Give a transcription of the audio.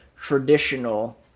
traditional